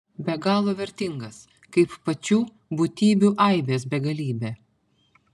be galo vertingas kaip pačių būtybių aibės begalybė